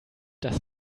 dass